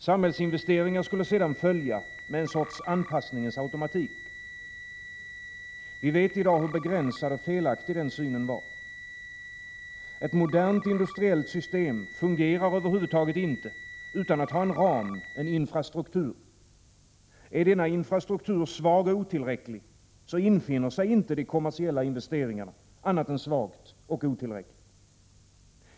Samhällsinvesteringar skulle sedan följa med en sorts anpassningens automatik. Vi vet i dag hur begränsad och felaktig den synen var. Ett modernt industriellt system fungerar över huvud taget inte utan att ha en ram, en infrastruktur. Är denna infrastruktur svag och otillräcklig, infinner sig inte de kommersiella investeringarna annat än svagt och otillräckligt.